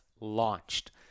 launched